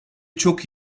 çok